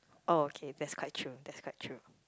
oh okay that's quite true that's quite true